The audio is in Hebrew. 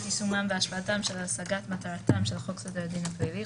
יישומם והשפעתם על השגת מטרתם של חוק סדר הדין הפלילי,